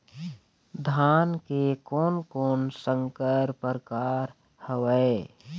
धान के कोन कोन संकर परकार हावे?